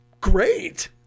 Great